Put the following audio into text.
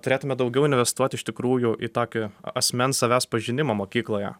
turėtume daugiau investuoti iš tikrųjų į tokį asmens savęs pažinimą mokykloje